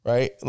Right